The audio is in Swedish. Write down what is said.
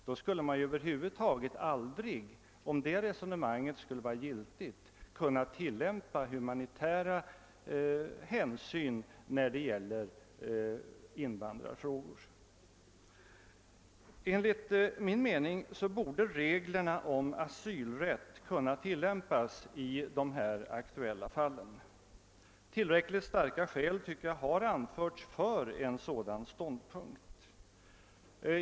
Om detta resonemang vore giltigt, skulle man över huvud taget aldrig kunna göra humanitära hänsynstaganden i invandrarfrågor. Enligt min mening borde reglerna om asylrätt kunna tillämpas i de aktuella fallen. Tillräckligt starka skäl har anförts för en sådan ståndpunkt.